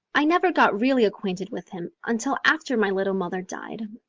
i never got really acquainted with him until after my little mother died.